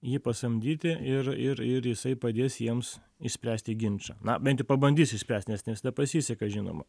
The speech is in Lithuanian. jį pasamdyti ir ir ir jisai padės jiems išspręsti ginčą na bent pabandys išspręsti nes ne visada pasiseka žinoma